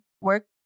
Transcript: work